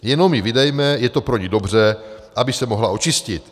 Jenom ji vydejme, je to pro ni dobře, aby se mohla očistit.